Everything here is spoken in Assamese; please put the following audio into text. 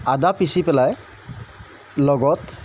আদা পিচি পেলাই লগত